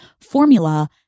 formula